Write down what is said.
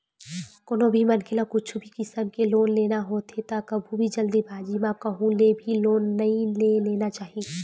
कोनो भी मनखे ल कुछु भी किसम के लोन लेना होथे त कभू भी जल्दीबाजी म कहूँ ले भी लोन नइ ले लेना चाही